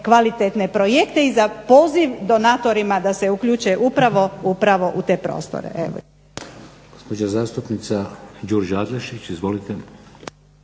kvalitetne projekte i za poziv donatorima da se uključe upravo u te prostore.